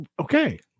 Okay